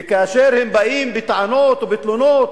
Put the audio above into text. וכאשר הם באים בטענות ובתלונות